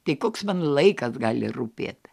tai koks man laikas gali rūpėt